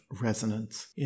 resonance